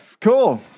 Cool